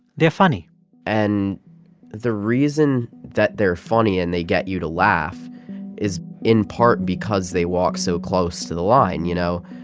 they're funny and the reason that they're funny and they get you to laugh is in part because they walk so close to the line, you know?